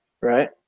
Right